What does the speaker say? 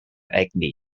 egni